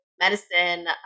medicine